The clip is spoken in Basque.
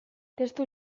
testu